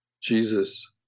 Jesus